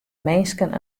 minsken